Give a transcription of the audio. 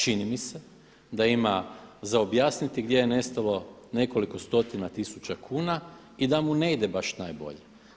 Čini mi se da ima za objasniti gdje je nestalo nekoliko stotina tisuća kuna i da mu ne ide baš najbolje.